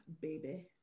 baby